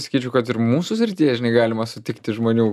sakyčiau kad ir mūsų srityje žinai galima sutikti žmonių